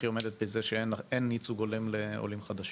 היא עומדת בזה שאין ייצוג הולם לעולים חדשים?